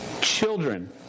Children